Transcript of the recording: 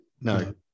No